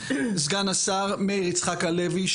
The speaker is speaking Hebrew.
סגן השר מאיר יצחק הלוי,